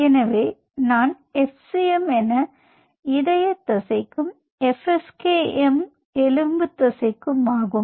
எனவே இதை நான் fcm என இதய தசைக்கும் fskm எலும்பு தசைக்கும் ஆகும்